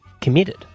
committed